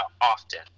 often